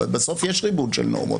בסוף של ריבוד של נורמות.